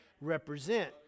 represent